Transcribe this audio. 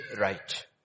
right